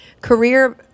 career